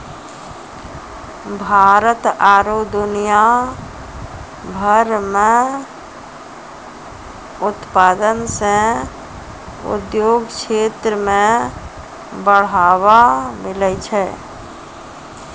भारत आरु दुनिया भर मह उत्पादन से उद्योग क्षेत्र मे बढ़ावा मिलै छै